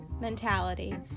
mentality